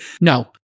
no